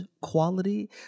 quality